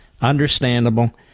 understandable